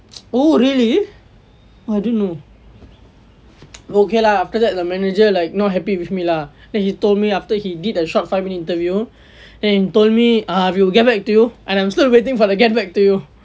oh really I didn't know okay lah after that the manager like not happy with me lah then he told me after he did a short five minute interview he told me ah we will get back to you and I'm still waiting for the get back to you